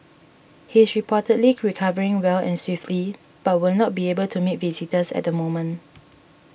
he is reportedly recovering well and swiftly but will not be able to meet visitors at the moment